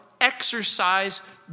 exercise